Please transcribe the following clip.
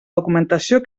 documentació